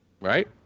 Right